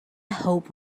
hope